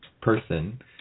person